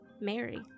Mary